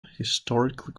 historically